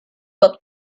book